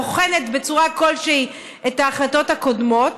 בוחנת בצורה כלשהי את ההחלטות הקודמות.